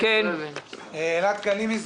אדוני היושב-ראש,